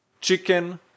chicken